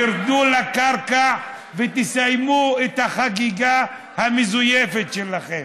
תרדו לקרקע ותסיימו את החגיגה המזויפת שלכם.